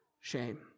shame